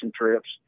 trips